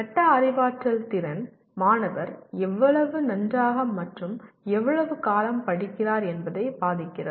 meta அறிவாற்றல் திறன் மாணவர் எவ்வளவு நன்றாக மற்றும் எவ்வளவு காலம் படிக்கிறார் என்பதைப் பாதிக்கிறது